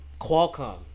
Qualcomm